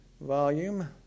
volume